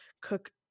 cook